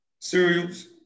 Cereals